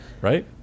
right